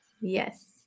Yes